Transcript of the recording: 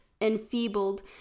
enfeebled